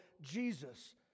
Jesus